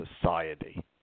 society